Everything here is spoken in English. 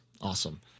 awesome